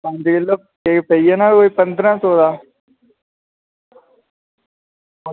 एह् तुसेंगी पेई जाना कोई पंदरां सौ दा